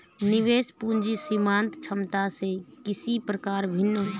निवेश पूंजी सीमांत क्षमता से किस प्रकार भिन्न है?